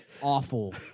awful